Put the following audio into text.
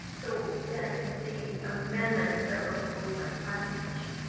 so, then, the amendments that were proposed by planning commission.